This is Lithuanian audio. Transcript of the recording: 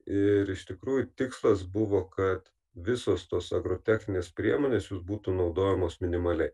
ir iš tikrųjų tikslas buvo kad visos tos agrotechninės priemonės jos būtų naudojamos minimaliai